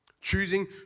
Choosing